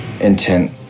Intent